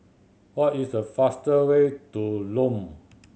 what is the faster way to Lome